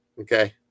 okay